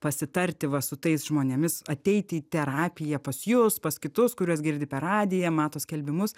pasitarti va su tais žmonėmis ateit į terapiją pas jus pas kitus kuriuos girdi per radiją mato skelbimus